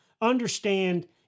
understand